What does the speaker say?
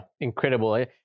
incredible